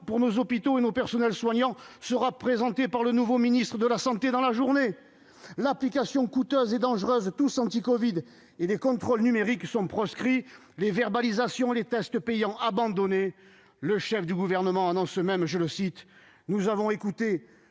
pour nos hôpitaux et nos personnels soignants sera présenté par le nouveau ministre de la santé dans la journée. L'application TousAntiCovid, coûteuse et dangereuse, et les contrôles numériques sont proscrits, les verbalisations et les tests payants abandonnés. Le chef du Gouvernement annonce même, je le cite :« Nous avons écouté,